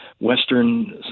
Western